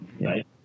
right